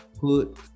put